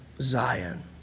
Zion